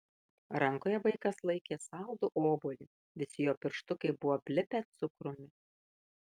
rankoje vaikas laikė saldų obuolį visi jo pirštukai buvo aplipę cukrumi